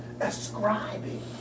ascribing